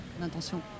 l'intention